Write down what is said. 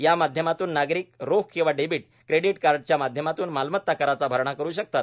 यामाध्यमातून नागरिक रोख किंवा डेबीट क्रेडिट कार्डच्या माध्यमातून मालमत्ता कराचा भरणा करु शकतात